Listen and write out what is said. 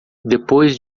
depois